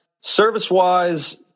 Service-wise